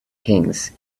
kings